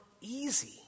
easy